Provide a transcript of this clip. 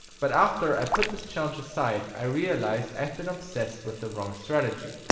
but after i put this challenge aside, i realized i have been obsessed with the wrong strategy.